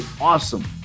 awesome